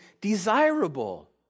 desirable